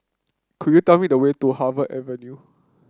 could you tell me the way to Harvey Avenue